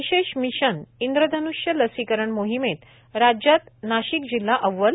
विशेष मिशन इंद्रधन्ष्य लसीकरण मोहिमेत राज्यात नाशिक जिल्हा अव्वल